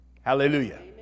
Hallelujah